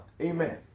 Amen